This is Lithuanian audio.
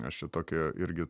aš čia tokią irgi